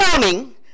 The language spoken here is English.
morning